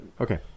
Okay